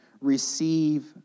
receive